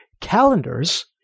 Calendars